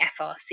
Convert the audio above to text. FRC